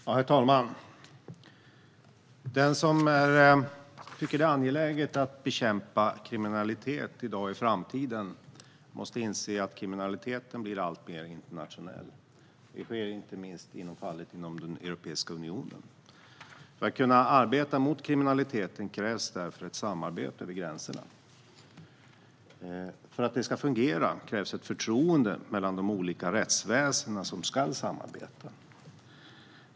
Herr talman! Den som tycker att det är angeläget att bekämpa kriminalitet, i dag och i framtiden, måste inse att kriminaliteten blir alltmer internationell. Det sker inte minst inom Europeiska unionen. För att kunna arbeta mot kriminaliteten krävs därför ett samarbete över gränserna. För att detta ska fungera krävs förtroende mellan de olika rättsväsen som ska samarbeta.